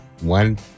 one